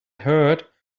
heard